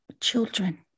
children